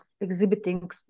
exhibiting